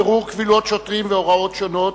בירור קבילות שוטרים והוראות שונות)